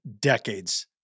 decades